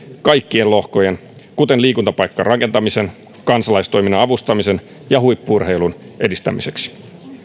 kaikkien lohkojen kuten liikuntapaikkarakentamisen kansalaistoiminnan avustamisen ja huippu urheilun edistämiseksi